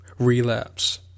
relapse